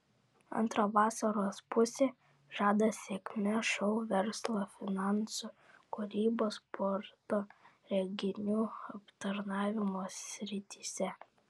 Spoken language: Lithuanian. antra vasaros pusė žada sėkmę šou verslo finansų kūrybos sporto renginių aptarnavimo srityse